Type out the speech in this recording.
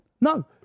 No